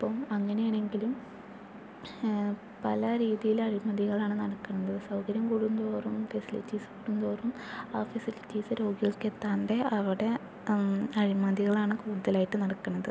അപ്പോൾ അങ്ങനെയാണെങ്കിലും പല രീതിയില് അഴിമതികളാണ് നടക്കണത് സൗകര്യം കൂടുന്തോറും ഫെസിലിറ്റീസ് കൂടുന്തോറും ആ ഫെസിലിറ്റീസ് രോഗികൾക്കെത്താതെ അവിടെ അഴിമതികളാണ് കൂടുതലായിട്ട് നടക്കണത്